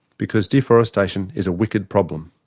because deforestation is a wicked problem.